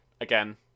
Again